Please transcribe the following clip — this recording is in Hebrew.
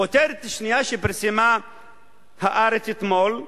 כותרת שנייה שפרסם "הארץ" אתמול: